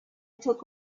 took